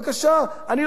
אני לא מאמין בזה.